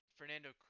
Fernando